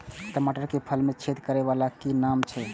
टमाटर के फल में छेद करै वाला के कि नाम छै?